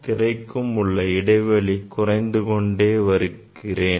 திரைக்கும் உள்ள இடைவெளியை குறைத்துக் கொண்டே வருகிறேன்